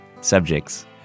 subjects